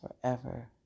forever